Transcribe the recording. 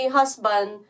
husband